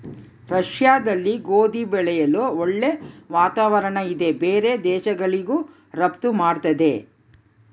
ರಷ್ಯಾದಲ್ಲಿ ಗೋಧಿ ಬೆಳೆಯಲು ಒಳ್ಳೆ ವಾತಾವರಣ ಇದೆ ಬೇರೆ ದೇಶಗಳಿಗೂ ರಫ್ತು ಮಾಡ್ತದೆ